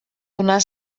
donar